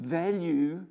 value